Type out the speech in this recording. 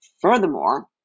furthermore